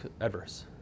adverse